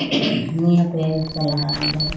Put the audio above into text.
ᱱᱤᱭᱟᱹ ᱠᱚᱭᱮᱠ ᱵᱚᱪᱷᱚᱨ ᱞᱟᱦᱟᱨᱮᱫᱚ